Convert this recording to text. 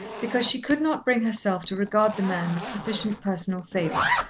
because she could not bring herself to regard the man with sufficient personal favour.